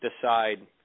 decide